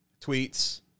tweets